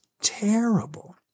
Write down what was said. terrible